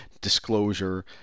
disclosure